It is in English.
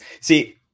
see